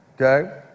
okay